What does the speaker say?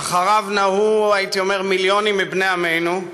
שאחריו נהו מיליונים מבני עמנו,